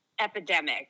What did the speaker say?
epidemic